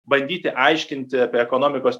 bandyti aiškinti apie ekonomikos